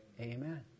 Amen